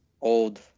old